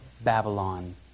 Babylon